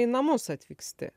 į namus atvyksti